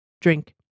Drink